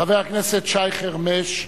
חבר הכנסת שי חרמש,